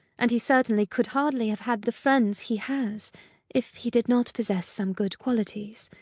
and he certainly could hardly have had the friends he has if he did not possess some good qualities.